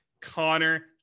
Connor